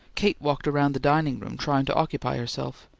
kate walked around the dining room, trying to occupy herself.